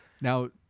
Now